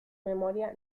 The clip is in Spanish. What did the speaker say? memoria